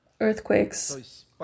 earthquakes